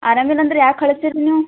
ಆರಾಮ್ ಇಲ್ಲಂದರೆ ಯಾಕೆ ಕಳ್ಸಿರಿ ನೀವು